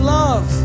love